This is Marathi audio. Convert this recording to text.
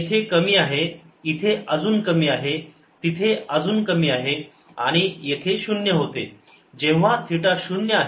येथे कमी आहे इथे अजून कमी आहे तिथे अजून कमी आहे आणि येथे शून्य होते जेव्हा थिटा शून्य आहे